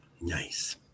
Nice